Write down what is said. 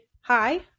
hi